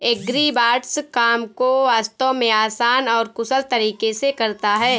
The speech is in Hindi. एग्रीबॉट्स काम को वास्तव में आसान और कुशल तरीके से करता है